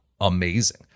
amazing